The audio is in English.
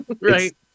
Right